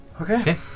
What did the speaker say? Okay